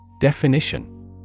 Definition